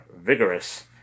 vigorous